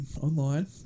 online